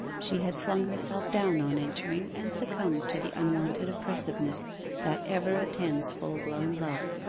she had flung herself down on entering, and succumbed to the unwonted oppressiveness that ever attends full-blown love.